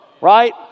right